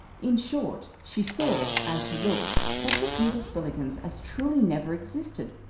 in short, she saw as she looked such a peter spillikins as truly never existed,